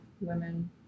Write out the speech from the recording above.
women